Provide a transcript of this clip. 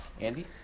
Andy